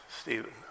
Stephen